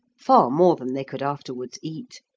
far more than they could afterwards eat,